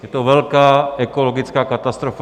Je to velká ekologická katastrofa.